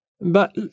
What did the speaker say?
But